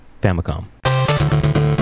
Famicom